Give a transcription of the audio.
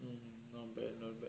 not bad not bad